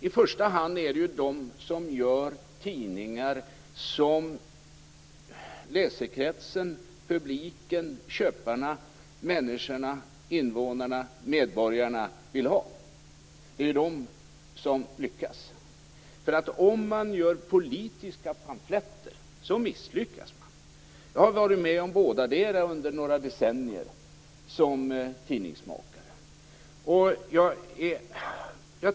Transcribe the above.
I första hand är det de som gör sådana tidningar som läsekretsen, publiken, köparna, människorna, invånarna, medborgarna vill ha som lyckas. Om man gör politiska pamfletter misslyckas man. Jag har som tidningsmakare under några decennier varit med om bådadera.